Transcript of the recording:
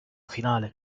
finale